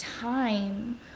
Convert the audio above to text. time